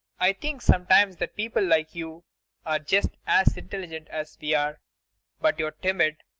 i think sometimes that people like you are just as intelligent as we are but you're timid,